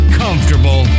comfortable